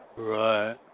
Right